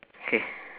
K